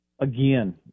again